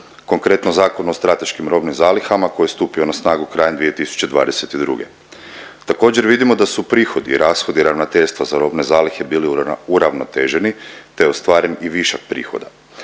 Konkretno Zakonu o strateškim robnim zalihama koji je stupio na snagu krajem 2022. Također, vidimo da su prihodi i rashodi Ravnateljstva za robne zalihe bili uravnoteženi te je ostvaren i višak prihoda.